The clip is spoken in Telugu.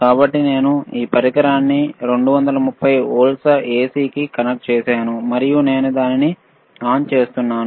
కాబట్టి నేను ఈ పరికరాన్ని 230 వోల్ట్ల ఎసికి కనెక్ట్ చేసాను మరియు నేను దానిని ఆన్ చేస్తున్నాను